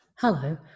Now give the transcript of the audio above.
Hello